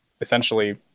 essentially